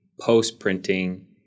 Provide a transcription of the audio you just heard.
post-printing